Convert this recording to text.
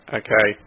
okay